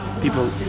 People